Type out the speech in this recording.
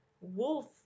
wolf